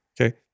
Okay